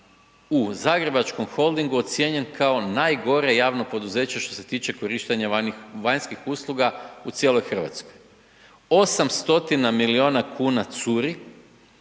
u Zagrebačkom holdingu ocijenjen kao najgore javno poduzeće što se tiče korištenja vanjskih usluga u cijeloj Hrvatskoj. 800 milijuna kuna curi